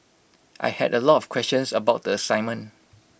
I had A lot of questions about the assignment